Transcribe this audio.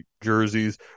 jerseys